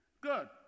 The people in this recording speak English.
good